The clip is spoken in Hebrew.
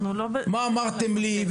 מה אמרתם לי אז?